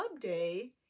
day